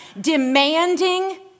demanding